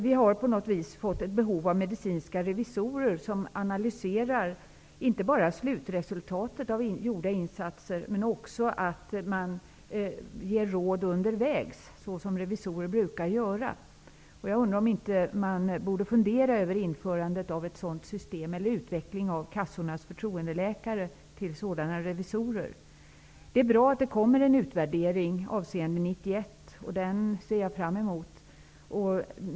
På något vis har det uppstått ett behov av medicinska revisorer som inte bara analyserar slutresultatet av gjorda insatser utan också ger råd på vägen, såsom revisorer brukar göra. Jag undrar om man inte borde fundera över ett system där kassornas förtroendeläkare blir sådana revisorer. Det är bra att det kommer en utvärdering avseende 1991. Denna ser jag fram emot.